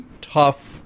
tough